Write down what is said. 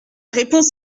réponse